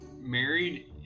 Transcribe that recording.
married